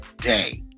day